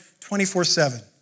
24-7